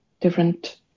different